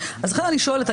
לכן אני שואלת,